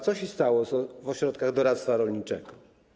Co się stało w ośrodkach doradztwa rolniczego?